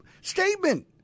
statement